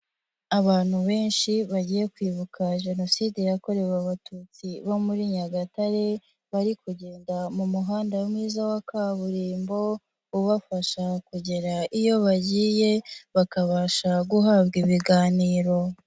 Abantu benshi bagiye kwibuka Jenoside yakorewe abatutsi bo muri Nyagatare, bari kugenda mu muhanda mwiza wa kaburimbo ubafasha kugera iyo bagiye bakabasha guhabwa ibiganiro.